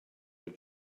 your